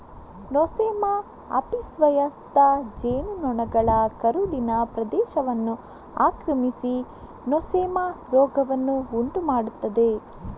Nosema ಆಪಿಸ್ವಯಸ್ಕ ಜೇನು ನೊಣಗಳ ಕರುಳಿನ ಪ್ರದೇಶವನ್ನು ಆಕ್ರಮಿಸಿ ನೊಸೆಮಾ ರೋಗವನ್ನು ಉಂಟು ಮಾಡ್ತದೆ